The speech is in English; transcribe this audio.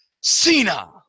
Cena